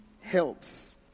helps